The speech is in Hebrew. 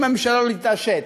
אם הממשלה לא תתעשת